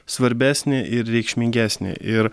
svarbesnį ir reikšmingesnį ir